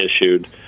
issued